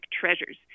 treasures